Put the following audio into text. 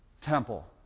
temple